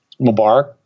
Mubarak